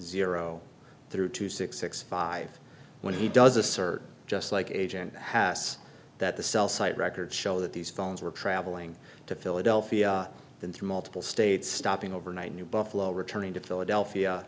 zero three two six six five when he does assert just like agent hass that the cell site records show that these phones were traveling to philadelphia then through multiple states stopping overnight in new buffalo returning to philadelphia